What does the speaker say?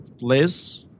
Liz